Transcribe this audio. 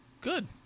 Good